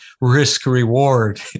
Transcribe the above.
risk-reward